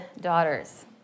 daughters